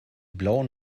blauen